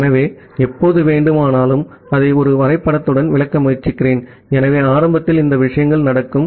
ஆகவே எப்போது வேண்டுமானாலும் அதை ஒரு வரைபடத்துடன் விளக்க முயற்சிக்கிறேன் ஆகவே ஆரம்பத்தில் இந்த விஷயங்கள் நடக்கும்